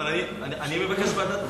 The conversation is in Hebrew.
רגע, אבל אני מבקש ועדת הפנים.